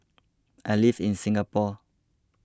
I live in Singapore